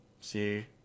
See